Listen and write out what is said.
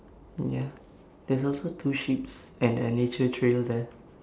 mm ya there's also two sheeps and a nature trail there